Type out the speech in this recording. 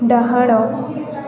ଡାହାଣ